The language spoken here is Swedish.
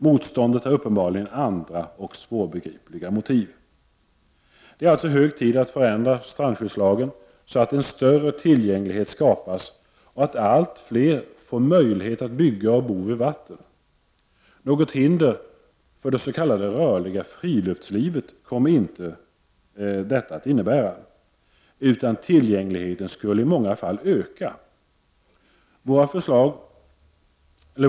Motståndet har uppenbarligen andra och svårbegripliga motiv. Det är alltså hög tid att förändra strandskyddslagen så att en större tillgänglighet skapas och allt fler kan få möjlighet att bygga och bo vid vatten. Något hinder för det s.k. rörliga friluftslivet kommer detta inte att innebära, utan tillgängligheten skulle i många fall öka.